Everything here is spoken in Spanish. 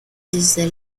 desde